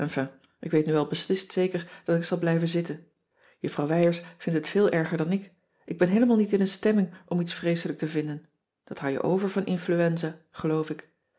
ik weet nu wel beslist zeker dat ik zal blijven zitten juffrouw wijers vindt het veel erger dan ik ik ben heelemaal niet in een stemming om iets vreeselijk te vinden dat hou je over van influenza geloof ik